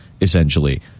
essentially